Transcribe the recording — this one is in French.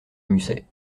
musset